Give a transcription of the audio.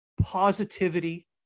positivity